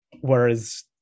Whereas